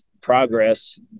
progress